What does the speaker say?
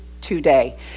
today